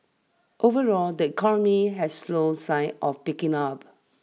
overall the economy has slow signs of picking up